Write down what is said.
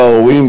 להורים,